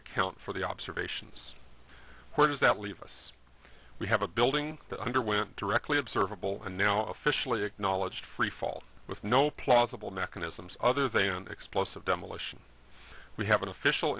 account for the observations where does that leave us we have a building that underwent directly observable and now officially acknowledged freefall with no plausible mechanisms other they are explosive demolition we have an official